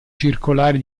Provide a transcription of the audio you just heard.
circolare